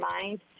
mind